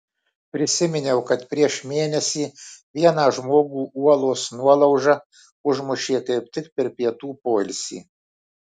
prisiminiau kad prieš mėnesį vieną žmogų uolos nuolauža užmušė kaip tik per pietų poilsį